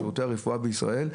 שירותי הרפואה בישראל,